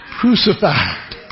Crucified